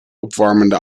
opwarmende